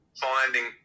finding